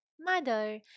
Mother